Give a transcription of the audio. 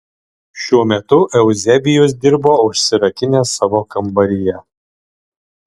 šiuo metu euzebijus dirbo užsirakinęs savo kambaryje